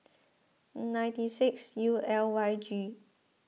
ninety six U L Y G